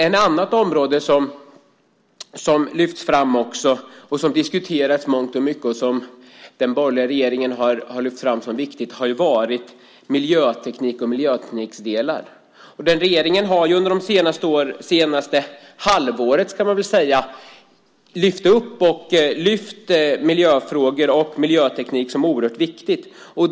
Ett annat område som den borgerliga regeringen har lyft fram som viktigt och som har diskuterats mycket är miljötekniken. Regeringen har under det senaste halvåret lyft fram miljöfrågorna och frågan om miljöteknik som oerhört viktiga.